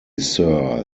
sir